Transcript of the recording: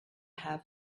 have